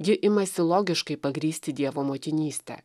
ji imasi logiškai pagrįsti dievo motinystę